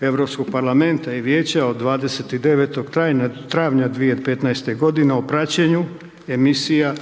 Europski parlament i vijeće usvojili su 2015. g. uredbu 757/2015 o praćenju emisija